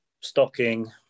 stocking